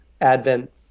Advent